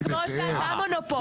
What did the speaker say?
זה כמו שאתה מונופול.